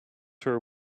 her